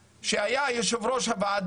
כאשר בזמנו אלוף במילואים משלב היה יושב ראש הוועדה,